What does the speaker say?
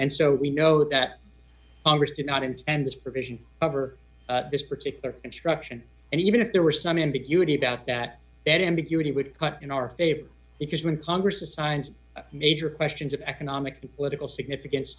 and so we know that congress did not intend this provision for this particular instruction and even if there were some ambiguity about that that ambiguity would in our favor if you're when congress assigns major questions of economic political significance